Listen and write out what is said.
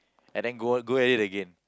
and then go go at it again